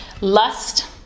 Lust